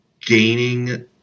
gaining